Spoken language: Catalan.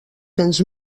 cents